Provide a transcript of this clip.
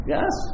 Yes